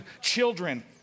children